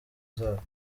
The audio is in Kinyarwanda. zabo